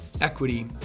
equity